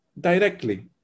directly